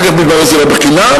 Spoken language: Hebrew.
אחר כך מתברר שזה לא בחינם,